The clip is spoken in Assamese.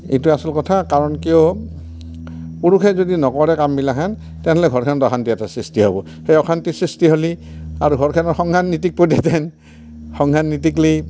এইটোৱে আচল কথা কাৰণ কিয় পুৰুষে যদি নকৰে কামগিলাখেন তেনেহ'লে ঘৰখনত অশান্তি এটা সৃষ্টি হ'ব সেই অশান্তি সৃষ্টি হ'লে আৰু ঘৰখনৰ সংসাৰ নীতি সংসাৰ নীতিক লৈ